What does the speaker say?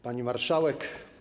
Pani Marszałek!